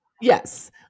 Yes